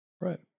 Right